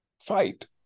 fight